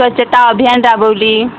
स्वच्छता अभियान राबवली